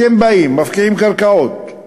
אתם באים, מפקיעים קרקעות,